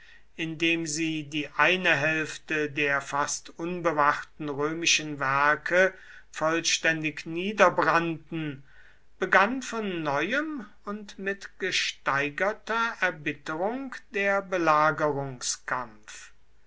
dem sie die eine hälfte der fast unbewachten römischen werke vollständig niederbrannten begann von neuem und mit gesteigerter erbitterung der